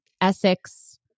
Essex